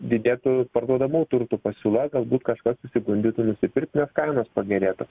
didėtų parduodamų turtų pasiūla galbūt kažkas susigundytų nusipirkt nes kainos pagerėtų